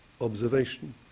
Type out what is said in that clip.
observation